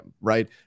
Right